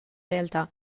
realtà